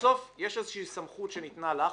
שבסוף יש איזושהי סמכות שניתנה לך.